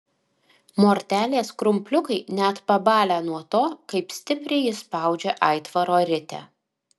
mortelės krumpliukai net pabalę nuo to kaip stipriai ji spaudžia aitvaro ritę